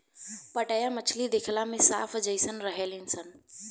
पाटया मछली देखला में सांप जेइसन रहेली सन